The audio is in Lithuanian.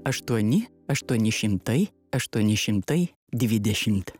aštuoni aštuoni šimtai aštuoni šimtai dvidešimt